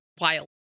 Wild